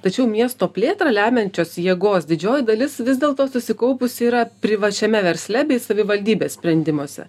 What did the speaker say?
tačiau miesto plėtrą lemiančios jėgos didžioji dalis vis dėlto susikaupusi yra privačiame versle bei savivaldybės sprendimuose